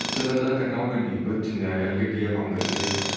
चलै दा कन्नै ओह् गड्डी पर जंदे अजकल गड्डी दा कम्म करै दे